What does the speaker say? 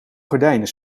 gordijnen